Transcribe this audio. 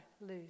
lose